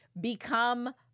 become –